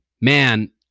man